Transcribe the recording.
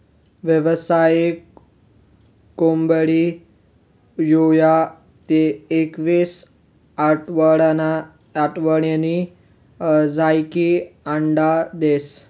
यावसायिक कोंबडी सोया ते एकवीस आठवडासनी झायीकी अंडा देस